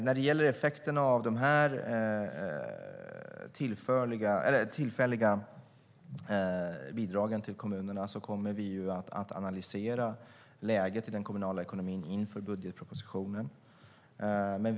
När det gäller effekterna av de tillfälliga bidragen till kommunerna kommer vi att analysera läget i den kommunala ekonomin inför budgetpropositionen.